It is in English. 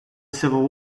civil